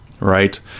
right